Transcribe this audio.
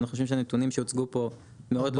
אנחנו חושבים שהנתונים שהוצגו פה מאוד לא נכונים.